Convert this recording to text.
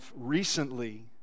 recently